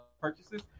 purchases